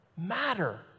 matter